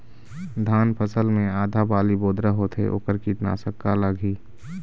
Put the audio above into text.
धान फसल मे आधा बाली बोदरा होथे वोकर कीटनाशक का लागिही?